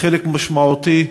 חלק משמעותי,